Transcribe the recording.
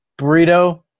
burrito